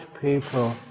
people